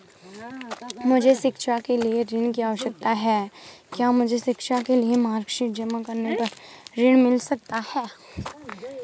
मुझे शिक्षा के लिए ऋण की आवश्यकता है क्या मुझे शिक्षा के लिए मार्कशीट जमा करने पर ऋण मिल सकता है?